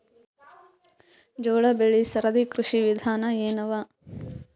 ಜೋಳ ಬೆಳಿ ಸರದಿ ಕೃಷಿ ವಿಧಾನ ಎನವ?